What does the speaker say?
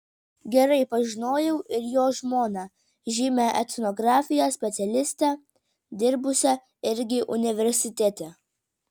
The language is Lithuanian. gerai pažinojau ir jo žmoną žymią etnografijos specialistę dirbusią irgi universitete